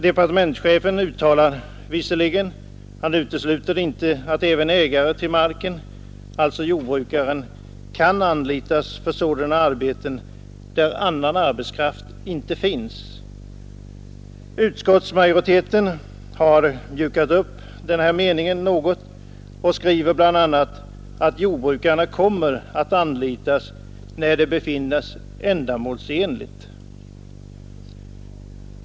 Departementschefen utesluter visserligen inte att även ägaren till marken — dvs. jordbrukaren — kan anlitas för sådana arbeten där annan arbetskraft inte finns. Utskottsmajoriteten har mjukat upp denna mening något och skriver bl.a. att ”markägaren eller annan lantbrukare kommer att anlitas när det befinns ändamålsenligt”.